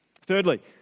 Thirdly